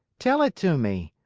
tell it to me.